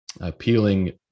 appealing